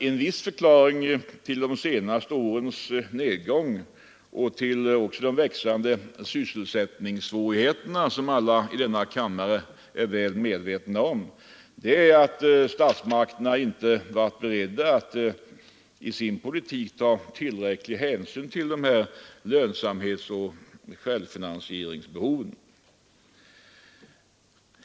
En förklaring till de senaste årens nedgång — och till de växande sysselsättningssvårigheterna, som alla i denna kammare är väl medvetna om — är att statsmakterna inte varit beredda att i sin politik ta tillräcklig hänsyn till lönsamhetsoch självfinansieringsbehovet.